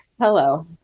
hello